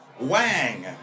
Wang